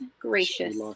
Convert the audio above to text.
gracious